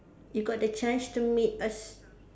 you got the chance to meet a